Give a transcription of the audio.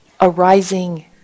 arising